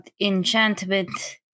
enchantment